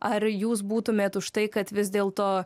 ar jūs būtumėt už tai kad vis dėl to